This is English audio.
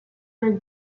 big